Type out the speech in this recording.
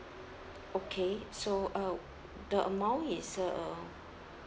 okay so uh the amount is uh